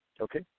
okay